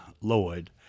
Lloyd